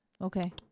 okay